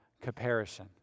comparison